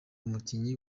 umukinnyi